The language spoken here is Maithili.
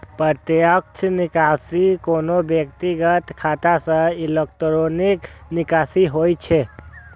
प्रत्यक्ष निकासी कोनो व्यक्तिक खाता सं इलेक्ट्रॉनिक निकासी होइ छै